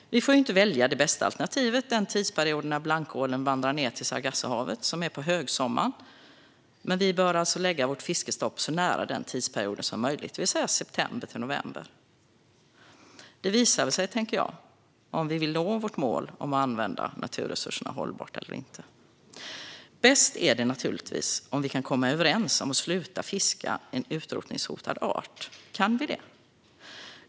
Vi får inte välja det bästa alternativet, det vill säga den tidsperiod när blankålen vandrar ned till Sargassohavet, som är på högsommaren. Men vi bör lägga vårt fiskestopp så nära den tidsperioden som möjligt, alltså september till november. Det visar väl sig, tänker jag, om vi vill nå vårt mål om att använda naturresurserna hållbart eller inte. Bäst är det naturligtvis om vi kan komma överens om att sluta fiska en utrotningshotad art. Kan vi det?